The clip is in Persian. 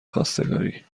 خواستگاری